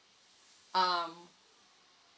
um